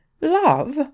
love